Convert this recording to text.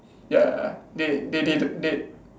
ya ya ya they they they they